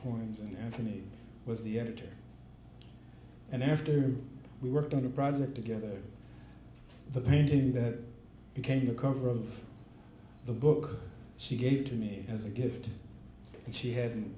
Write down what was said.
points and for me was the editor and after we worked on a project together the painting that became the cover of the book she gave to me as a gift and she hadn't